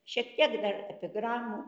šiek tiek dar epigramų